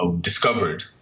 discovered